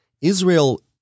Israel